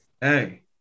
Hey